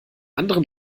anderen